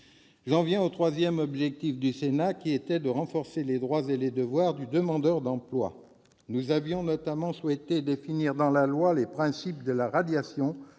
J'en viens au troisième objectif du Sénat, qui était de renforcer les droits et les devoirs du demandeur d'emploi. Nous avions notamment souhaité définir dans la loi les principes de la radiation